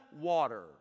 water